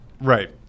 Right